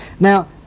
Now